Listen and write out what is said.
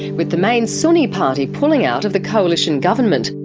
with the main sunni party pulling out of the coalition government.